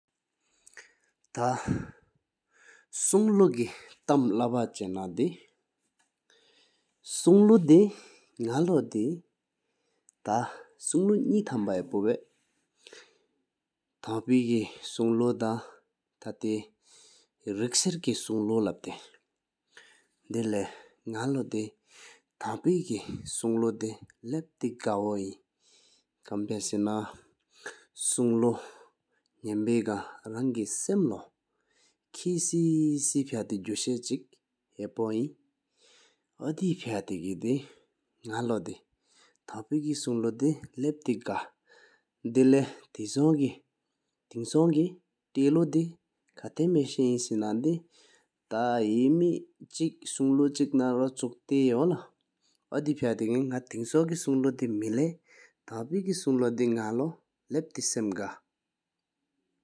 ཐས་སུང་ཀ་ནང་ལ་བཅ་ན་དེ་སུང་ཀ་ནང་ལོ་དེ་ཐས་སུང་ཀ་ཉི་ཐམ་བ་ཧ་པོ་ཕ། ཐངས་པས་སུང་ཀ་ཐང་ཐ་ཐེ་རེཀ་ཤར་ཀ་ཞུབས་ཀ་ལབ་ཏེ། ལེགས་ནང་ལོ་དེ་ཐངས་པོ་དང་གི་སུང་ལབ་ཏེ་བཀའ་བོ་ཡིན། ཁན་ཕ་སེ་ན་སུང་ལ་ནན་བེ་གང་རང་གད་སམ་ལོ་ཁྱེད་ཅིར་སེ་ཕ་ཏེ་གུ་ཤ་གཅིག་ཧ་པོ་ཡིན། ཨོ་ཡེ་ཕ་ཏེ་གད་ནང་ལོ་དེ་ཐངས་པུ་ཀ་སུང་ག་ལབ་ཏེ་གའོ། ལེགས་ནང་གི་གནས་དྭན་ནང་འོ་ལུ་དེ་ཁ་ཐམ་ཐེ་བསེ་ན་དེ་ཐ་སྔ་ཐམས་སུང་ལུ་གཅིག་དང་ལོ་རོ་ཅུག་ཏོ་་འོ་ལྡེ་ཕ་ཏེ་ཀའ་དང་ནང་སྔོབ་ཀ་ག་མེ་ལེ་ཐངས་བོ་གི་ནད་འོ་སྔ་ཤེ་ལྒྲགས་པོ་གི་སུང་ལབ་ནང་ལོ་མོ་གི་ག་ལེན།